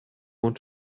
want